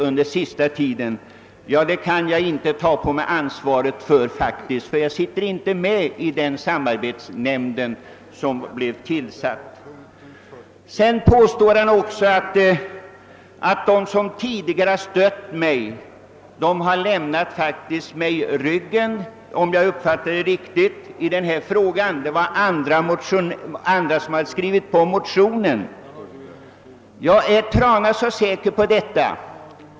Jag kan dock inte ta på mig ansvaret för detta, eftersom jag inte är med i den samarbetsnämnd som blivit tillsatt. Herr Trana sade också, som jag uppfattade honom, att de som tidigare hade stött mig sedan hade vänt mig ryggen, och att det var andra som skrivit på motionen. Är herr Trana så säker på detta?